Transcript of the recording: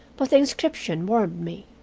but the inscription warmed me.